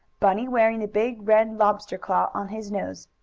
bunny wearing the big red lobster claw on his nose.